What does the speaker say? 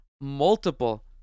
multiple